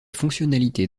fonctionnalités